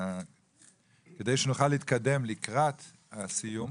כדי שנוכל להתקדם לקראת הסיום